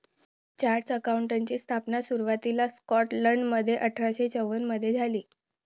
chartered अकाउंटंटची स्थापना सुरुवातीला स्कॉटलंडमध्ये अठरा शे चौवन मधे झाली